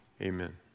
amen